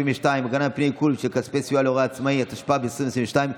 עיקול של כספי סיוע להורה עצמאי), התשפ"ג 2022,